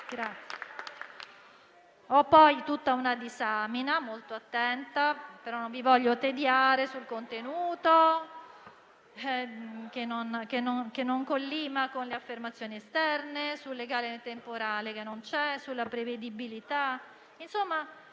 poi tutta una disamina molto attenta, però non voglio tediare l'Assemblea sul contenuto, che non collima con le affermazioni esterne; sul legame temporale, che non c'è; o sulla prevedibilità.